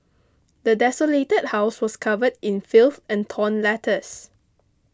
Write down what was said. the desolated house was covered in filth and torn letters